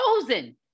chosen